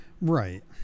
Right